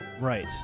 Right